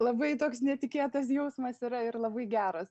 labai toks netikėtas jausmas yra ir labai geras